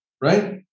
right